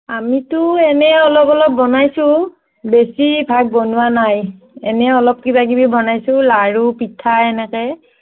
আমিতো এনেই অলপ অলপ বনাইছোঁ বেছি ভাগ বনোৱা নাই এনেই অলপ কিবা কিবি বনাইছোঁ লাৰু পিঠা এনেকৈ